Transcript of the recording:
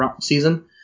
season